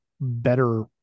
better